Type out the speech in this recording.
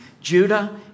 Judah